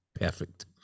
perfect